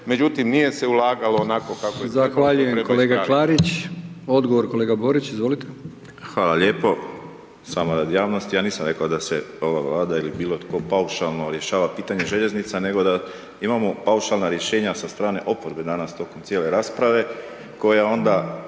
međutim nije se ulagalo onako kako